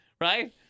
right